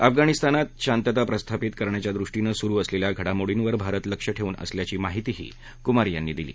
अफगाणिस्तानात शांतता प्रस्थापित करण्याच्यादृष्टीनं सुरु असलेल्या घडामोडींवर भारत लक्ष ठेवून असल्याची माहिती कुमार यांनी दिली